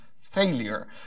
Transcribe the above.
failure